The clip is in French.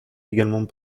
également